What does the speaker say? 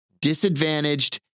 disadvantaged